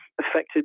affected